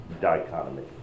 dichotomy